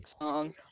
song